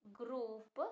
group